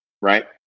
right